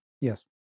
Yes